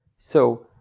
so,